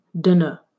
dinner